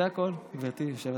זה הכול, גברתי היושבת-ראש.